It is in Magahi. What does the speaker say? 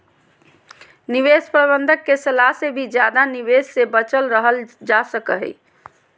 निवेश प्रबंधक के सलाह से भी ज्यादा निवेश से बचल रहल जा सको हय